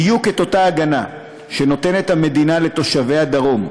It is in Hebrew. בדיוק את אותה ההגנה שנותנת המדינה לתושבי הדרום,